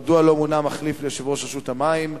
2. מדוע לא מונה מחליף ליושב-ראש רשות המים?